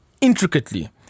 intricately